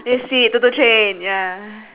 you see train ya